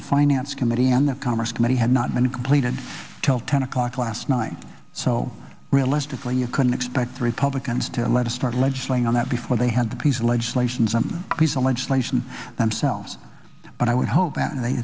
the finance committee and the commerce committee has not been completed till ten o'clock last night so realistically you couldn't expect republicans to let a start ledge playing on that before they had the piece of legislation some piece of legislation themselves but i would hope that they